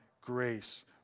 grace